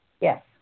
Yes